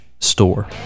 store